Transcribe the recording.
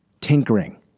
Tinkering